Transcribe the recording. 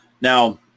Now